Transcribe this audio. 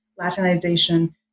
Latinization